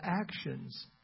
actions